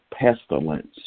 pestilence